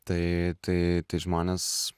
tai tai tai žmonės